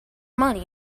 money